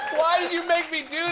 why did you make me